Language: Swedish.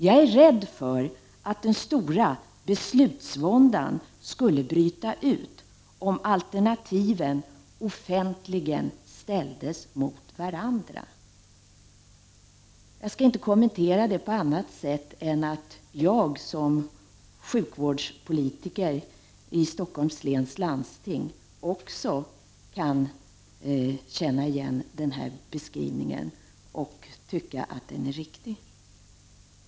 Jag är rädd för att den stora beslutsvåndan skulle bryta ut om alternativen offentligen ställdes mot varandra.” Jag skall inte kommentera det på annat sätt än att säga att jag som sjukvårdspolitiker i Stockholms läns landsting också känner igen beskrivningen och tycker att den är riktig.